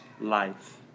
life